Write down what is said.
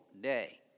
day